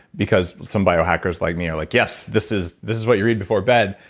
because some biohackers like me, yeah like yes, this is this is what you read before bed.